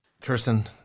kirsten